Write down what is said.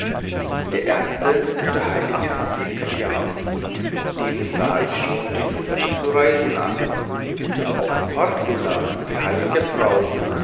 der erste ist der heilige ziprian dem sah ich schon die luft zu reisen an auch kordula die heil'ge frau